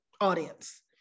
audience